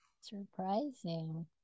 surprising